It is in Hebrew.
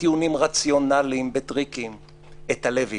בטיעונים רציונליים, בטריקים, את הלב אי-אפשר,